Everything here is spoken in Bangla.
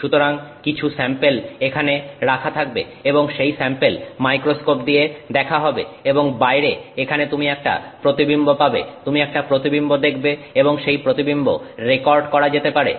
সুতরাং কিছু স্যাম্পেল এখানে রাখা থাকবে এবং সেই স্যাম্পেল মাইক্রোস্কোপ দিয়ে দেখা হবে এবং বাইরে এখানে তুমি একটা প্রতিবিম্ব পাবে তুমি একটা প্রতিবিম্ব দেখবে এবং সেই প্রতিবিম্ব রেকর্ড করা যেতে পারে